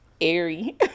airy